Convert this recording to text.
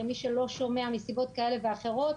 למי שלא שומע מסיבות כאלה ואחרות,